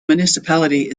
municipality